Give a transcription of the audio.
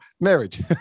marriage